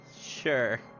Sure